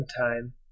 time